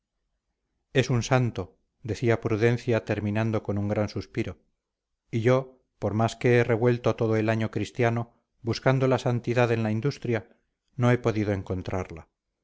es un santo decía prudencia terminando con un gran suspiro y yo por más que he revuelto todo el año cristiano buscando la santidad en la industria no he podido encontrarla